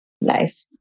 life